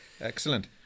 Excellent